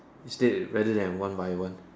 instead better than one by one